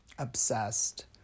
Obsessed